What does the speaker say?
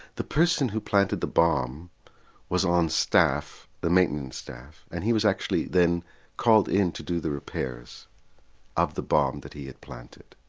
the person who planted the bomb was on staff, the maintenance staff and he was actually then called in to do the repairs of the bomb that he had planted.